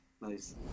Nice